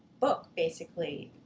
book, basically,